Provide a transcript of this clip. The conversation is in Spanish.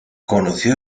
conoció